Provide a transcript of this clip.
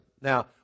Now